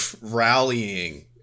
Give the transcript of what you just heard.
rallying